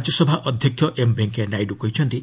ରାଜ୍ୟସଭା ଅଧ୍ୟକ୍ଷ ଏମ୍ ଭେଙ୍କିୟା ନାଇଡ଼ୁ କହିଛନ୍ତି